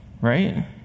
right